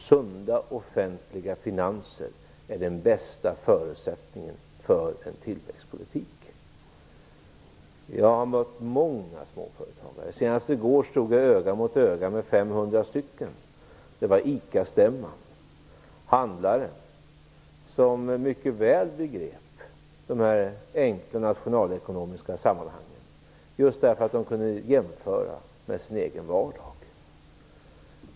Sunda offentliga finanser är den bästa förutsättningen för en tillväxtpolitik. Jag har mött många småföretagare. Senast i går stod jag öga mot öga med 500 stycken. Det var på ICA-stämman. Dessa handlare begrep mycket väl de enkla nationalekonomiska sammanhangen just därför att de kunde jämföra med sin egen vardag.